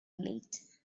late